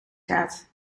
gaat